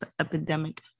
epidemic